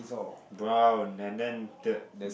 brown and then the